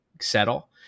settle